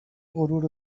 غرور